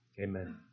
Amen